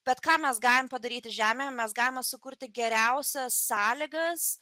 bet ką mes galim padaryti žemėje mes galime sukurti geriausias sąlygas